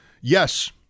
Yes